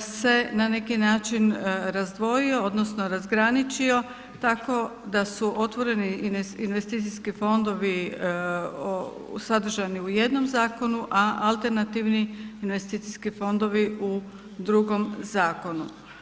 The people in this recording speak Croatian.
se na neki način razdvojio odnosno razgraničio tako da su otvoreni investicijski fondovi sadržani u jednom zakonu, a alternativni investicijski fondovi u drugom zakonu.